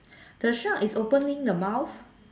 the shark is opening the mouth